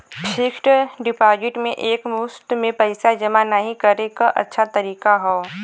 fixed deposit में एक मुश्त में पइसा जमा नाहीं करे क अच्छा तरीका हौ